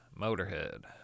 Motorhead